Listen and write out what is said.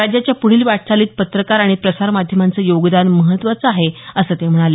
राज्याच्या प्ढील वाटचालीत पत्रकार आणि प्रसार माध्यमांचं योगदान महत्त्वाचं आहे असं ते म्हणाले